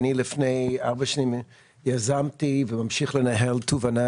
לפני ארבע שנים יזמתי ואני ממשיך לנהל תובענה